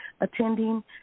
attending